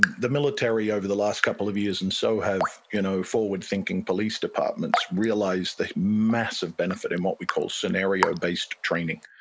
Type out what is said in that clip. the military over the last couple of years, and so have you know forward-thinking police departments, realize the massive benefit in what we call scenario-based training.